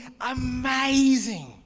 Amazing